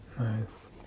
Nice